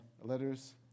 letters